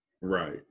Right